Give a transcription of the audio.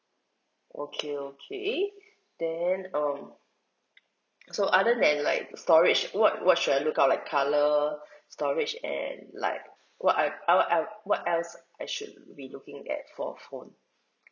okay okay then um so other than like storage what what should I look out like colour storage and like what I I what I what else I should be looking at for phone